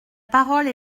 parole